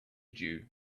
dew